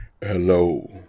Hello